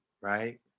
right